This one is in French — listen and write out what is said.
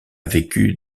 vécu